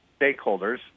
stakeholders